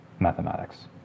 mathematics